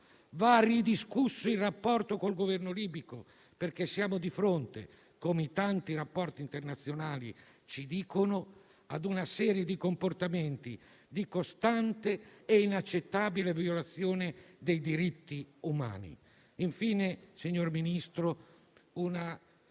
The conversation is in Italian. va ridiscusso il rapporto col Governo libico, perché siamo di fronte, come i tanti rapporti internazionali ci dicono, a una serie di comportamenti di costante e inaccettabile violazione dei diritti umani. Infine, signor Ministro, una